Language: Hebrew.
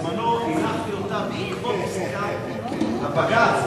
אני בזמנו הנחתי אותה בעקבות פסיקת הבג"ץ.